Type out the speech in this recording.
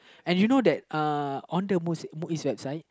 and you know that uh on the Muslim on the MUIS website